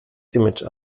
image